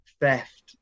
theft